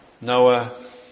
Noah